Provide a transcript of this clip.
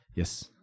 Yes